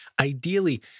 Ideally